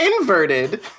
Inverted